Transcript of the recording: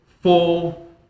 full